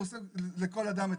עושה לכל אדם את